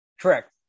Correct